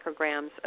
micrograms